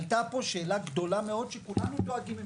עלתה פה שאלה גדולה מאוד שכולנו דואגים ממנה: